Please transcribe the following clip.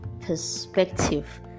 perspective